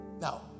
now